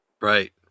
right